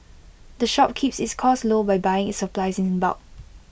the shop keeps its costs low by buying its supplies in bulk